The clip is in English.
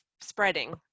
spreading